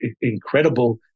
incredible